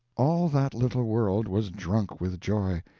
all that little world was drunk with joy.